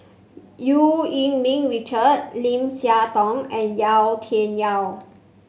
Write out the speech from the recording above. Eu Yee Ming Richard Lim Siah Tong and Yau Tian Yau